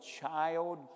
child